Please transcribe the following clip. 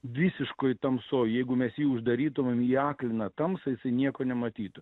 visiškoj tamsoj jeigu mes jį uždarytumėm į akliną tamsą jisai nieko nematytų